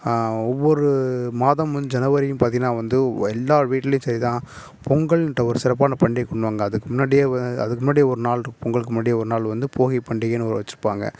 ஒவ்வொரு மாதம் வந் ஜனவரியின் பார்த்தீங்கன்னா வந்து உ எல்லார் வீட்லையும் சரி தான் பொங்கல் இன்ற ஒரு சிறப்பான பண்டிகை கொண்வாங்க அதுக்கு முன்னாடியே வா அதுக்கு முன்னாடி ஒரு நாள்ருக்கு பொங்கலுக்கு முன்னாடியே ஒரு நாள் வந்து போகி பண்டிகையின்னு ஒரு வச்சிருப்பாங்க